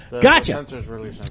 Gotcha